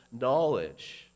knowledge